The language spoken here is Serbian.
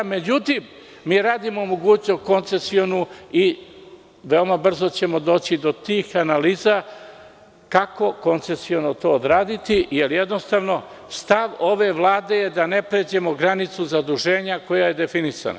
Međutim, mi radimo mogućnost koncesionu i veoma brzo ćemo doći do tih analiza kako koncesiono to odraditi, jer stav ove Vlade je da ne pređemo granicu zaduženja koja je definisana.